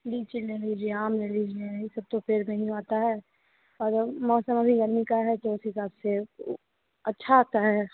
लीची ले लीजिए आम ले लीजिए यह सब तो फिर नहीं होता है और मौसम अभी गर्मी का है तो इस हिसाब से वह अच्छा आता है